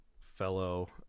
fellow